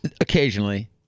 occasionally